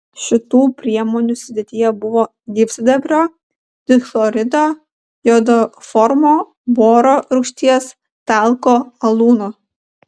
šitų priemonių sudėtyje buvo gyvsidabrio dichlorido jodoformo boro rūgšties talko alūno